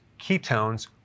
ketones